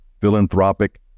philanthropic